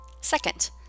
Second